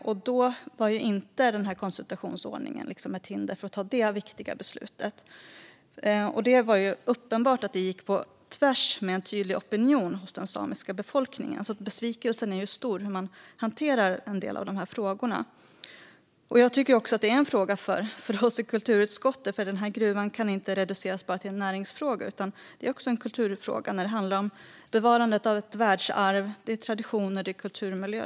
Då var konsultationsordningen inget hinder för att ta det viktiga beslutet - ett beslut som helt uppenbart gick på tvärs med en tydlig opinion hos den samiska befolkningen, så besvikelsen är därför stor. Jag tycker att även detta är en fråga för oss i kulturutskottet, för gruvfrågan kan inte reduceras till bara en näringsfråga. Det är också en fråga om bevarande av världsarv, traditioner, kultur och miljö.